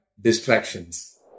distractions